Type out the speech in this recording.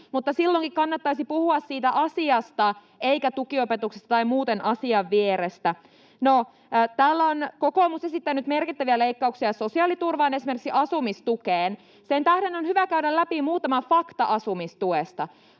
silloinkin kannattaisi puhua siitä asiasta eikä tukiopetuksesta tai muuten asian vierestä. No, täällä on kokoomus esittänyt merkittäviä leikkauksia sosiaaliturvaan, esimerkiksi asumistukeen. Sen tähden on hyvä käydä läpi muutama fakta asumistuesta.